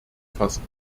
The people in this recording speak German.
fassen